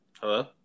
Hello